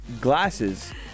glasses